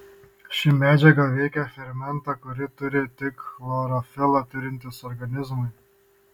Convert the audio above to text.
ši medžiaga veikia fermentą kurį turi tik chlorofilą turintys organizmai